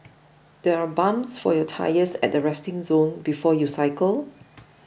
there are pumps for your tyres at the resting zone before you cycle